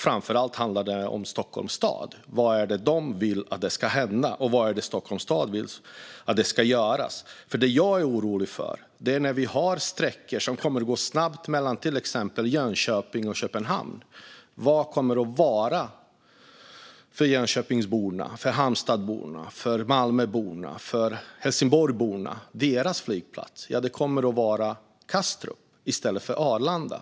Framför allt handlar det om vad Stockholms stad vill ska hända och ska göras. Det som jag är orolig för är snabba sträckor till exempel mellan Jönköping och Köpenhamn och vilken som kommer att vara Jönköpingsbornas, Halmstadsbornas, Malmöbornas och Helsingborgsbornas flygplats. Ja, det kommer att vara Kastrup i stället för Arlanda.